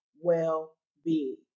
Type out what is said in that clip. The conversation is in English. well-being